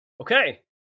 Okay